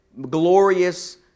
glorious